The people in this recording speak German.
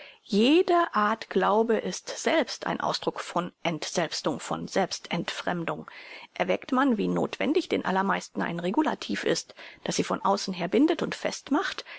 jede art glaube ist selbst ein ausdruck von entselbstung von selbst entfremdung erwägt man wie nothwendig den allermeisten ein regulativ ist das sie von außen her bindet und